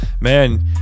man